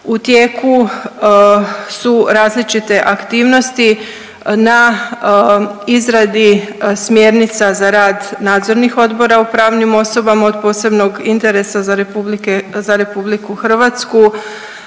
U tijeku su različite aktivnosti na izradi smjernica za rad nadzornih odbora u pravnim osobama od posebnog interesa za RH,